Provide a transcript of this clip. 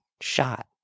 shot